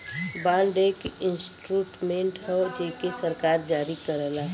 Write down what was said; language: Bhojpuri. बांड एक इंस्ट्रूमेंट हौ जेके सरकार जारी करला